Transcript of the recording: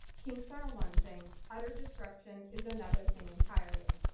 kinks are one thing utter disruption is another thing entirely.